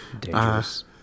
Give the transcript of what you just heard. Dangerous